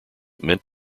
meant